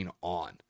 on